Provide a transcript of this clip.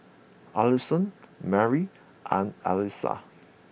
Allisson Merry and Elia